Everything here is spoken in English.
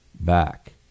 back